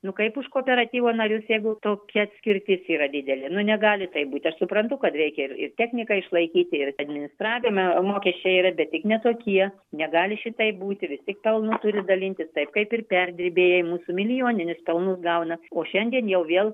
nu kaip už kooperatyvo narius jeigu tokia atskirtis yra didelė nu negali taip būti aš suprantu kad reikia ir ir techniką išlaikyti ir administravimo mokesčiai yra bet tik ne tokie negali šitaip būti visi pelnu turi dalintis taip kaip ir perdirbėjai mūsų milijoninius pelnus gauna o šiandien jau vėl